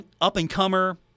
up-and-comer